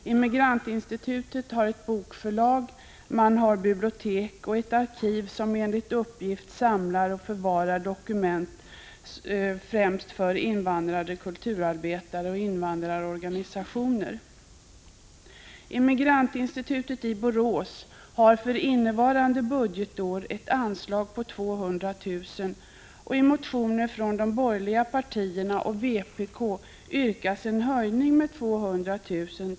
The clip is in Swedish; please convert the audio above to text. Immigrantinstitutet har ett bokförlag. Man har ett bibliotek och ett arkiv där man, enligt uppgift, samlar och förvarar dokument främst för invandrade kulturarbetare och invandrarorganisationer. Immigrantinstitutet i Borås har för innevarande budgetår ett anslag på 200 000 kr. I motioner från de borgerliga partierna och vpk yrkar man på en höjning med 200 000 kr.